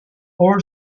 all